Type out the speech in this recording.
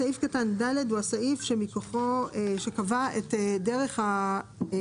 סעיף קטן (ד) הוא הסעיף שקבע את דרך האישור